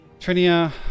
Trinia